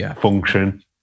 function